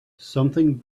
something